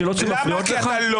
השאלות שלי מפריעות לך?